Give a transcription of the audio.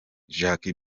jack